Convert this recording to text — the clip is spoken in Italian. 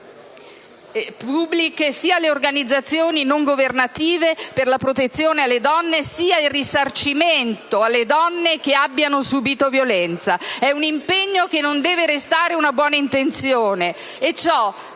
pubbliche sia le organizzazioni non governative per la protezione alle donne sia il risarcimento alle donne che abbiano subìto violenza. È un impegno che non deve restare una buona intenzione.